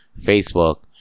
Facebook